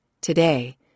Today